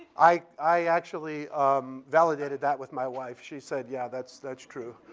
i actually um validated that with my wife. she said, yeah, that's that's true.